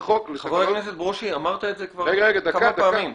-- חבר הכנסת ברושי, אמרת את זה כבר כמה פעמים.